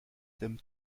t’aime